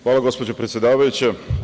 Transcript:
Hvala, gospođo predsedavajuća.